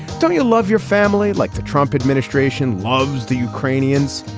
don't you love your family? like the trump administration loves the ukrainians.